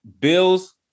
Bills